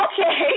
Okay